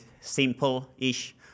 simple-ish